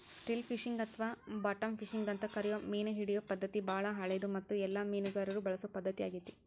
still fishing ಅಥವಾ bottom fishing ಅಂತ ಕರಿಯೋ ಮೇನಹಿಡಿಯೋ ಪದ್ಧತಿ ಬಾಳ ಹಳೆದು ಮತ್ತು ಎಲ್ಲ ಮೇನುಗಾರರು ಬಳಸೊ ಪದ್ಧತಿ ಆಗೇತಿ